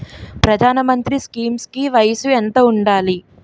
ప్రధాన మంత్రి స్కీమ్స్ కి వయసు ఎంత ఉండాలి?